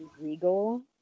regal